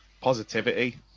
positivity